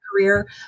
career